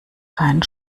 keinen